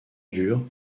dur